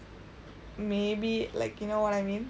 maybe like you know what I mean